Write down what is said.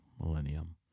millennium